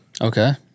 Okay